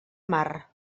mar